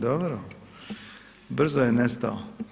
Dobro, brzo je nestao.